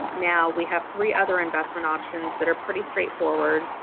um now we have three other investment options that are pretty straightforward,